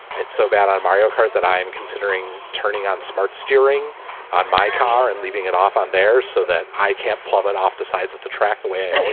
it's so bad on mario kart that i am considering turning on smart steering on my car and leaving it off on there so that i can't plummet off the sides of the track the way